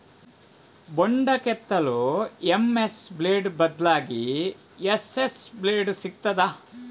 ಬೊಂಡ ಕೆತ್ತಲು MS blade ಬದ್ಲಾಗಿ ಎಸ್.ಎಸ್ ಬ್ಲೇಡ್ ಸಿಕ್ತಾದ?